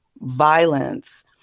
violence